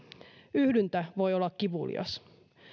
yhdyntä voi olla kivulias